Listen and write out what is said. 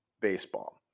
baseball